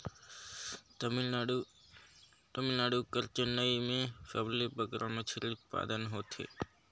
तमिलनाडु कर चेन्नई में सबले बगरा मछरी उत्पादन होथे